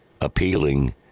appealing